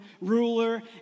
ruler